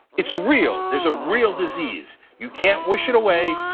it's real, there's a real disease, you can't wish it away,